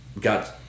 got